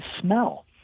smell